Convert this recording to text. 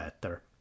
better